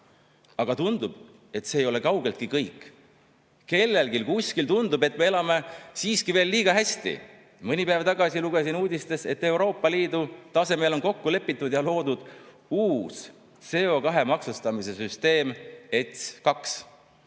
Aga tundub, et see ei ole kaugeltki kõik. Kellelegi kuskil tundub, et me elame siiski veel liiga hästi. Mõni päev tagasi lugesin uudistest, et Euroopa Liidu tasemel on kokku lepitud ja loodud uus CO2maksustamise süsteem ETS2,